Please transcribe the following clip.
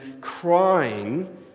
crying